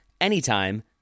anytime